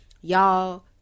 Y'all